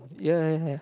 ya I have